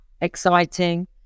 exciting